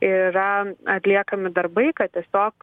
yra atliekami darbai kad tiesiog